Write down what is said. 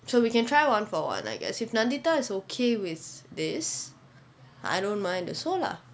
so we can try one for one I guess if nandita is okay with this I don't mind also lah